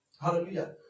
Hallelujah